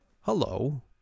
Hello